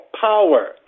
power